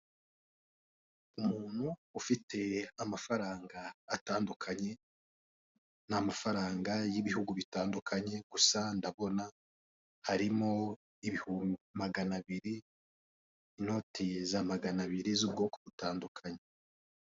Umuntu ufite amafaranga atandukanye ni amafaranga y'ibihugu bitandukanye, gusa ndabona harimo ibihu magana abiri inote za magana abiri z'ubwoko butandukanye.